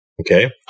Okay